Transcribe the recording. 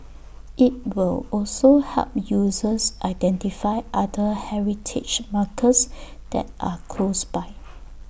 IT will also help users identify other heritage markers that are close by